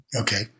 Okay